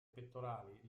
pettorali